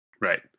Right